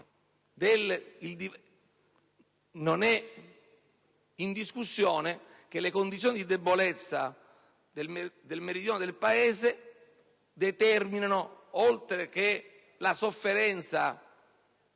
in discussione che le condizioni di debolezza del meridione del Paese determinano, oltre che la sofferenza